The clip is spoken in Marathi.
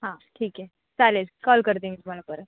हां ठीक आहे चालेल कॉल करते मी तुम्हाला परत